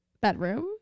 bedroom